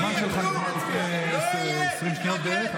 הזמן שלך נגמר לפני 20 שניות בערך.